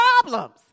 problems